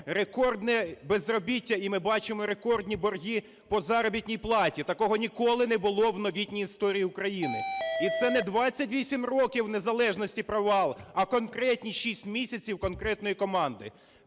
рекордне безробіття. І ми бачимо рекордні борги по заробітній платі. Такого ніколи не було в новітній історії України. І це не 28 років незалежності провал, а конкретні шість місяців конкретної команди.